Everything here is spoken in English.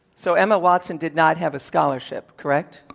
so, emma watson did not have a scholarship, correct?